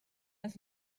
les